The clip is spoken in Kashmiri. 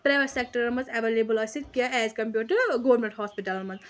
پریویٹ سیکٹرن منٛز ایٚولیبٕل آسِتھ کیٚنٛہہ ایز کمپیریڈ ٹہ گورمینٛٹ ہاسپِٹلَن منٛز